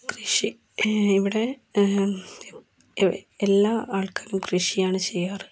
കൃഷി ഇവിടെ എല്ലാ ആൾക്കാരും കൃഷിയാണ് ചെയ്യാറ്